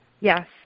Yes